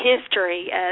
history